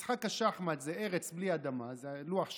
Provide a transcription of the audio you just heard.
משחק השחמט זה ארץ בלי אדמה, זה לוח שחמט.